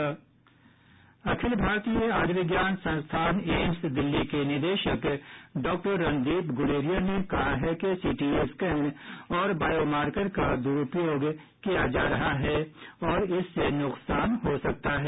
अखिल भारतीय आयुर्विज्ञान संस्थान एम्स दिल्ली के निदेशक डॉक्टर रणदीप गुलेरिया ने कहा है कि सीटी स्कैन और बायोमार्कर का दुरुपयोग किया जा रहा है और इससे नुकसान हो सकता है